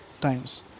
times